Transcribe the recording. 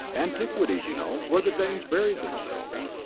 antiquities, you know, where the danes buried themselves.